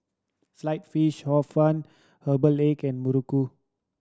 Sliced Fish Hor Fun herbal egg and muruku